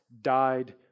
died